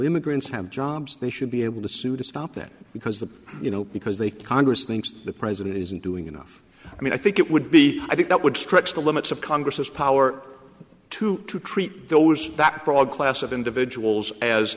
immigrants have jobs they should be able to sue to stop that because the you know because they congress thinks the president isn't doing enough i mean i think it would be i think that would stretch the limits of congress's power to to treat those that broad class of individuals as